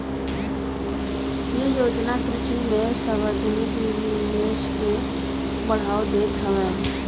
इ योजना कृषि में सार्वजानिक निवेश के बढ़ावा देत हवे